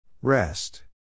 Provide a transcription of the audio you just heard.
Rest